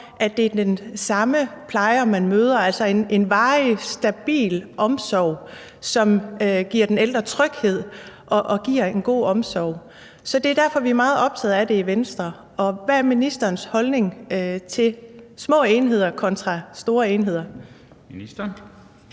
at det er den samme plejer, man møder, altså en varig, stabil omsorg, som giver den ældre tryghed og giver en god omsorg. Så det er derfor, vi er meget optaget af det i Venstre. Hvad er ministerens holdning til små enheder kontra store enheder? Kl.